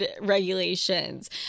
regulations